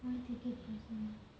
why take it personally